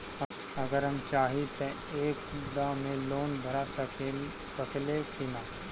अगर हम चाहि त एक दा मे लोन भरा सकले की ना?